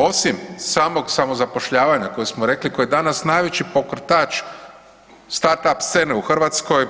Osim samo samozapošljavanja kojeg smo rekli koji je danas najveći pokretač startup scene u Hrvatskoj,